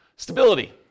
Stability